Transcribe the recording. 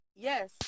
Yes